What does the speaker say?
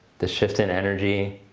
the shift in energy,